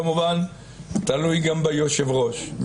כמובן תלוי גם ביושב-ראש.